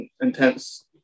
intense